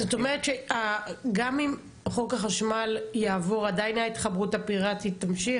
זאת אומרת שגם אם חוק החשמל יעבור עדיין ההתחברות הפיראטית תמשיך?